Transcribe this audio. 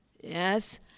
yes